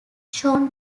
shown